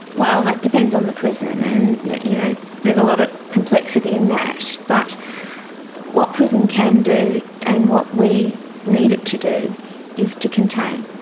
well, that depends on the prison, and you know there's a lot of complexity in that. but what prison can do and what we need it to do is to contain.